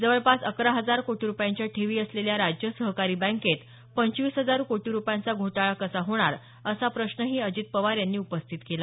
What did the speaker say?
जवळपास अकरा हजार कोटी रुपयांच्या ठेवी असलेल्या राज्य सहकारी बँकेत पंचवीस हजार कोटी रुपयांचा घोटाळा कसा होणार असा प्रश्नही अजित पवार यांनी उपस्थित केला